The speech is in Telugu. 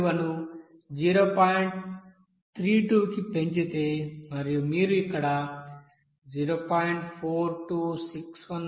32 కి పెంచితే మరియు మీరు ఇక్కడ 0